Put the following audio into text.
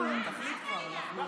תחליט כבר, נו.